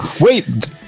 Wait